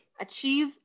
achieve